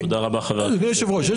תודה רבה חבר הכנסת רון כץ.